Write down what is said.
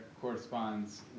corresponds